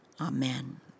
Amen